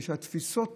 בגלל שהתפיסות